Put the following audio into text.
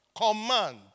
command